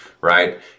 right